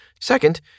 Second